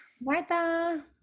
martha